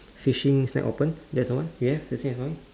fishing shack open there's one yes the same as mine